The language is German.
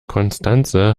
constanze